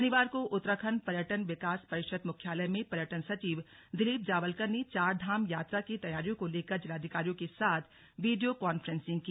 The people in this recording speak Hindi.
शनिवार को उत्तराखंड पर्यटन विकास परिषद मुख्यालय में पर्यटन सचिव दिलीप जावलकर ने चारधाम यात्रा की तैयारियों को लेकर जिलाधिकारियों के साथ वीडियो कांफ्रेंसिंग की